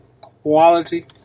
quality